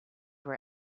were